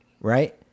Right